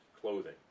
clothing